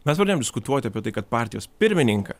mes pradėjom diskutuoti apie tai kad partijos pirmininką